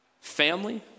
family